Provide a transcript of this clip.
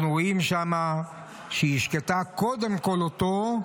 אנחנו רואים שם שהיא השקתה קודם כול אותו,